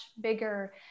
bigger